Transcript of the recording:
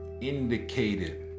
indicated